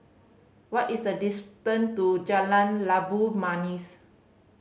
what is the distance to Jalan Labu Manis